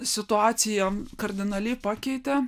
situacija kardinaliai pakeitė